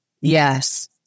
Yes